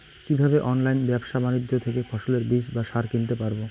কীভাবে অনলাইন ব্যাবসা বাণিজ্য থেকে ফসলের বীজ বা সার কিনতে পারবো?